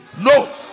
No